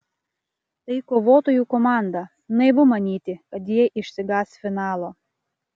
tai kovotojų komanda naivu manyti kad jie išsigąs finalo